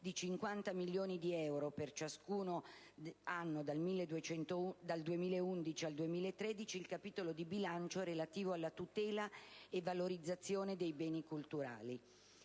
di 50 milioni di euro per ciascun anno, dal 2011 al 2013, il capitolo di bilancio relativo alla tutela e valorizzazione dei beni culturali.